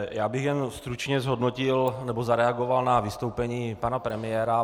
Já bych jen stručně zhodnotil, nebo zareagoval na vystoupení pana premiéra.